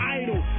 idol